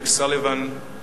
Rick Sullivan,